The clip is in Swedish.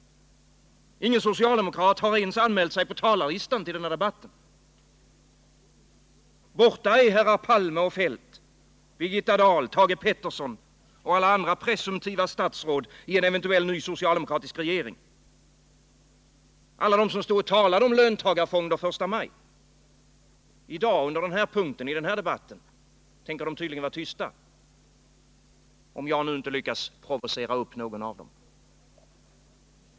Ingen socialdemokrat har ens anmält sig på talarlistan i denna debatt. Borta är herrar Palme och Feldt, borta är Birgitta Dahl, Thage Peterson och alla andra presumtiva statsråd i en eventuell ny socialdemokratisk regering — alla de som stod och talade om löntagarfonder första maj. I dag under denna punkt i denna debatt tänker de tydligen vara tysta — om jag nu inte lyckas provocera upp någon av dem.